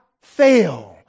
fail